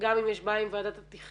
גם אם יש בעיה עם ועדת התכנון,